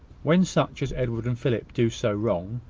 when such as edward and philip do so wrong,